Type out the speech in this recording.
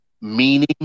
meaning